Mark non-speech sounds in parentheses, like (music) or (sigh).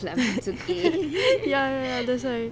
(laughs) ya ya ya that's why